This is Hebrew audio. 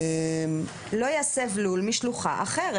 לא יסב לול משלוחה אחרת.